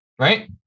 right